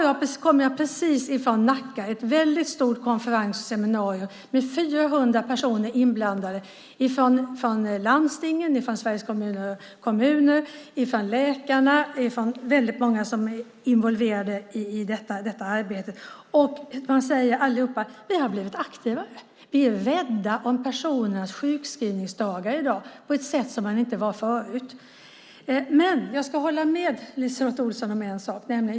Jag kommer just från en stor konferens med seminarium i Nacka med 400 personer från landstingen och Sveriges kommuner. Där var läkare och många andra som är involverade i detta arbete. Alla säger: Vi har blivit aktivare. Vi är rädda om personernas sjukskrivningsdagar på ett sätt som vi inte var förut. Jag håller med LiseLotte Olsson om en sak.